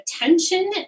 attention